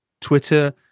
Twitter